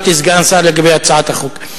שאל אותי סגן השר לגבי הצעת החוק.